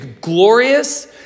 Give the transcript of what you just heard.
glorious